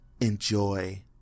enjoy